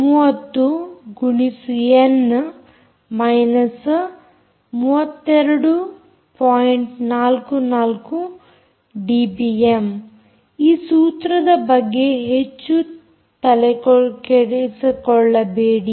44ಡಿಬಿಎಮ್ ಈ ಸೂತ್ರದ ಬಗ್ಗೆ ಹೆಚ್ಚು ತಲೆಕೆಡಿಸಿಕೊಳ್ಳಬೇಡಿ